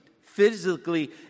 physically